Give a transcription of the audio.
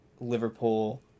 Liverpool